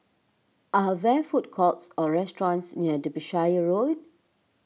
are there food courts or restaurants near Derbyshire Road